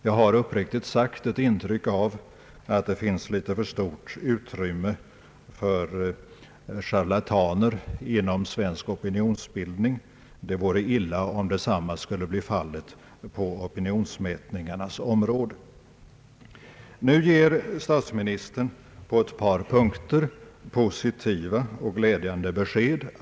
Jag har uppriktigt sagt ett intryck av att det finns litet för stort utrymme för charlataner inom svensk opinionsbildning, och det vore illa om detsamma skulle bli fallet i fråga om opinionsmätningarna. Nu ger statsministern på ett par punkter positiva och glädjande besked.